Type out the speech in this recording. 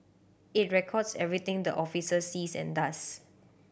it records everything the officer sees and does